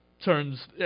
turns